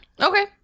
Okay